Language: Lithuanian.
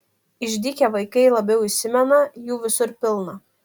išdykę vaikai labiau įsimena jų visur pilna